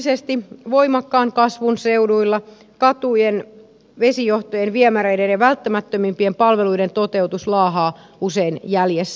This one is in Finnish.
erityisesti voimakkaan kasvun seuduilla katujen vesijohtojen viemäreiden ja välttämättömimpien palvelujen toteutus laahaa usein jäljessä